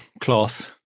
cloth